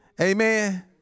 Amen